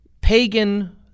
pagan